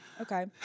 Okay